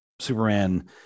Superman